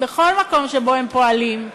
בכל מקום שבו הם פועלים,